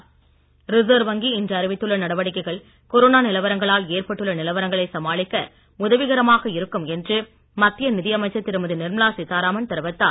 Nirmala RBI reserve வங்கி இன்று அறிவித்துள்ள நடவடிக்கைகள் கொரோனா நிலவரங்களால் ஏற்பட்டுள்ள நிலவரங்களை சமாளிக்க உதவிகரமாக இருக்கும் என்று மத்திய நிதியமைச்சர் திருமதி நிர்மலா சீதாராமன் தெரிவித்தார்